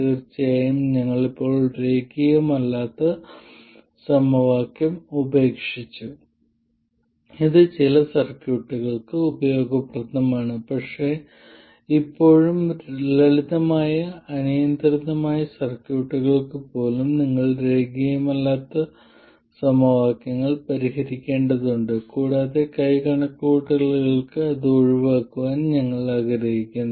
തീർച്ചയായും ഞങ്ങൾ ഇപ്പോഴും രേഖീയമല്ലാത്ത സമവാക്യം ഉപേക്ഷിച്ചു ഇത് ചില സർക്യൂട്ടുകൾക്ക് ഉപയോഗപ്രദമാണ് പക്ഷേ ഇപ്പോഴും ലളിതമായ അനിയന്ത്രിതമായ സർക്യൂട്ടുകൾക്ക് പോലും നിങ്ങൾ രേഖീയമല്ലാത്ത സമവാക്യങ്ങൾ പരിഹരിക്കേണ്ടതുണ്ട് കൂടാതെ കൈ കണക്കുകൂട്ടലുകൾക്ക് അത് ഒഴിവാക്കാൻ ഞങ്ങൾ ആഗ്രഹിക്കുന്നു